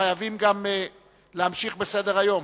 חייבים גם להמשיך בסדר-היום.